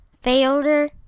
Failure